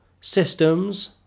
systems